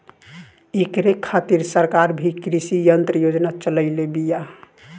ऐकरे खातिर सरकार भी कृषी यंत्र योजना चलइले बिया